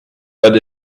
but